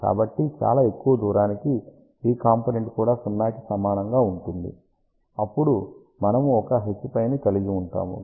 కాబట్టి చాలా ఎక్కువ దూరానికి ఈ కాంపోనెంట్ కూడా 0 కి సమానంగా ఉంటుంది అప్పుడు మనము ఒక H φ ని కలిగి ఉంటాము